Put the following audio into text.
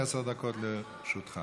עשר דקות לרשותך.